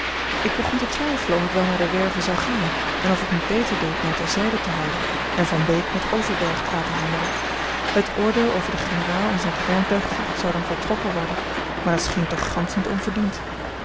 ik begon te twijfelen of ik wel naar de werve zou gaan en of ik niet beter deed mij ter zijde te houden en van beek met overberg te laten handelen het oordeel over den generaal en zijne kleindochter zou dan voltrokken worden maar het scheen toch gansch niet onverdiend